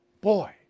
boy